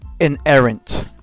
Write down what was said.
Inerrant